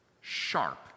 sharp